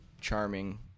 charming